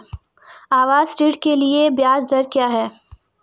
आवास ऋण के लिए ब्याज दर क्या हैं?